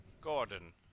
Gordon